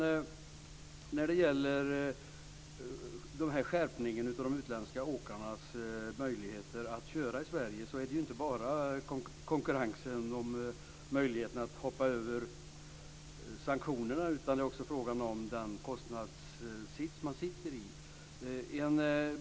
Skärpningen av sanktionerna för utländska åkare och deras möjligheter att köra i Sverige handlar inte bara om möjligheten att strunta i sanktionerna utan också om den kostnadssits man befinner sig i.